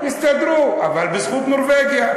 יסתדרו, אבל בזכות נורבגיה.